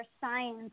science